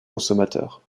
consommateurs